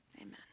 Amen